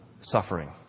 Suffering